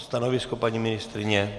Stanovisko paní ministryně?